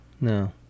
No